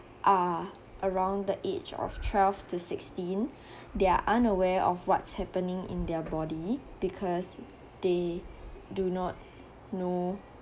are around the age of twelve to sixteen they're unaware of what's happening in their body because they do not know